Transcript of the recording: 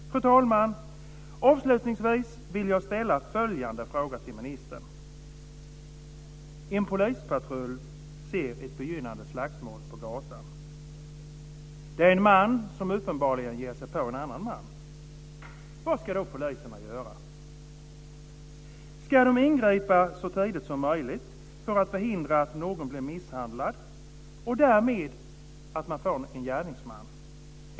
Fru talman! Avslutningsvis vill jag ställa en fråga till ministern. En polispatrull ser ett begynnande slagsmål på gatan. Det är en man som uppenbarligen ger sig på en annan man. Vad ska då poliserna göra? Ska de ingripa så tidigt som möjligt för att förhindra att någon blir misshandlad och att man därmed får en gärningsman?